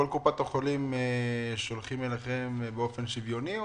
כל קופות החולים שולחות אליכם באופן שוויוני?